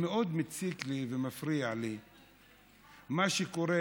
ומאוד מציק לי ומפריע לי מה שקורה.